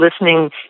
listening